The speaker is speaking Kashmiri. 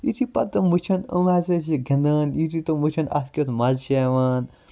یُتھے پَتہٕ تِم وٕچھَن یِم ہَسا چھِ گِنٛدان یُتھٕے تِم وٕچھَن اَتھ کیُتھ مَزٕ چھُ یِوان